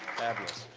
fabulous.